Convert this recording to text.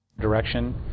Direction